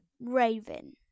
Raven